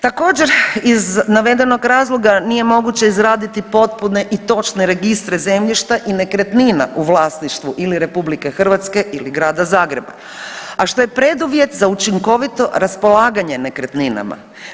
Također iz navedenog razloga nije moguće izraditi potpune i točne registre zemljišta i nekretnina u vlasništvu ili RH ili Grada Zagreba, a što je preduvjet za učinkovito raspolaganje nekretninama.